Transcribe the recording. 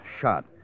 shot